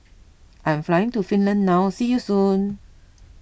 I'm flying to Finland now see you soon